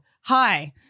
Hi